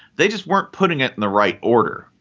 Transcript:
they just weren't putting it in the right order.